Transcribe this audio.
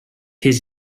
his